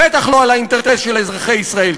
בטח לא על אינטרס של אזרחי ישראל.